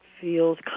feels